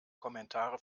kommentare